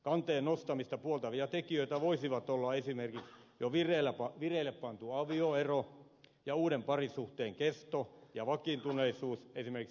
kanteen nostamista puoltavia tekijöitä voisivat olla esimerkiksi jo vireille pantu avioero ja uuden parisuhteen kesto ja vakiintuneisuus esimerkiksi avoliitto